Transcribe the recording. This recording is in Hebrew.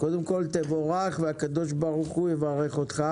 קודם כל תבורך והקב"ה יברך אותך